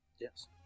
Yes